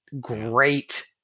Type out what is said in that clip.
Great